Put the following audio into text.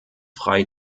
frei